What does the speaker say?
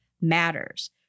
matters